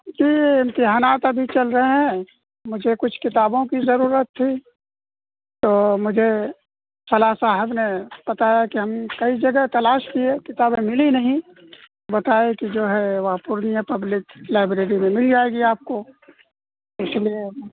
جی امتحانات ابھی چل رہے ہیں مجھے کچھ کتابوں کی ضرورت تھی تو مجھے فلاں صاحب نے بتایا کہ ہم کئی جگہ تلاش لیے کتابیں ملی نہیں بتائے کہ جو ہے وہاں پورنیہ پبلک لائبریری میں مل جائے گی آپ کو اس لیے